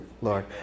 Lord